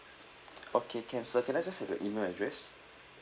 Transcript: okay can sir can I just have your email address